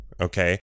Okay